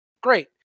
Great